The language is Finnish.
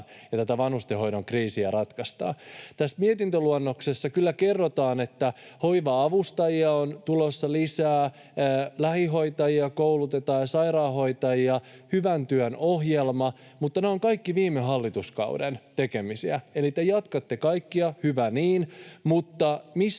ja tätä vanhustenhoidon kriisiä ratkaistaan? Tässä mietintöluonnoksessa kyllä kerrotaan, että hoiva-avustajia on tulossa lisää, koulutetaan lähihoitajia ja sairaanhoitajia, on hyvän työn ohjelma, mutta ne ovat kaikki viime hallituskauden tekemisiä. Eli te jatkatte kaikkia, hyvä niin, mutta missä